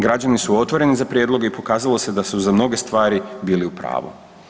Građani su otvoreni za prijedloge i pokazalo se da su za mnoge stvari bili u pravu.